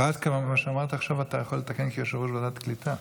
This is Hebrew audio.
עד כמה ממה שאמרת עכשיו אתה יכול לתקן כיושב-ראש ועדת הקליטה?